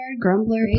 Grumbler